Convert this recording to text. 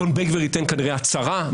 אדון בן גביר ייתן כנראה הצהרה.